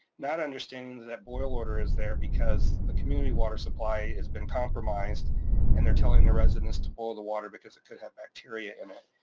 not understanding that that boil order is there because the community water supply has been compromised and they're telling their residents to boil the water because it could have bacteria in it.